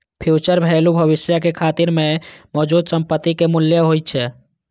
future value भविष्य के तारीख मे मौजूदा संपत्ति के मूल्य होइ छै